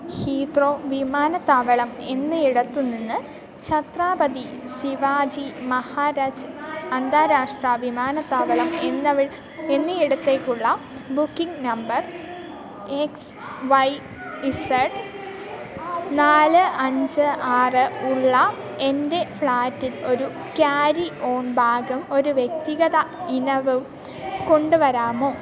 Heathrow വിമാനത്താവളം എന്ന ഇടത്തുനിന്ന് ഛത്രപതി ശിവാജി മഹാരാജ് അന്താരാഷ്ട്ര വിമാനത്താവളം എന്ന ഇടത്തേക്കുള്ള booking number X Y Z നാല് അഞ്ച് ആറ് ഉള്ള എൻ്റെ ഫ്ലാറ്റിൽ ഒരു ക്യാരി ഓൺ ബാഗും ഒരു വ്യക്തിഗത ഇനവും കൊണ്ടുവരാമോ